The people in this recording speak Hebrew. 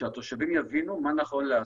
שהתושבים יבינו מה נכון לעשות.